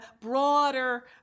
broader